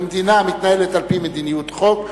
ומדינה מתנהלת על-פי מדיניות חוק,